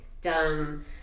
dumb